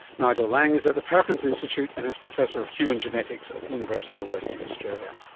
nigel laing is at the perkins institute and is professor of human genetics at the university of western australia